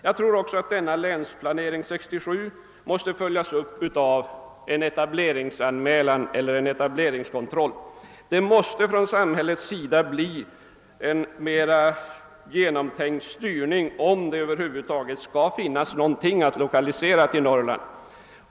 Jag tror att länsplanering 1967 måste följas upp med en anmälningsplikt eller etableringskontroll. Samhället måste svara för en mera genomtänkt styrning om det över huvud taget skall bli någonting att lokalisera till Norrland.